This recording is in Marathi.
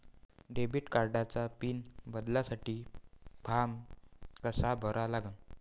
डेबिट कार्डचा पिन बदलासाठी फारम कसा भरा लागन?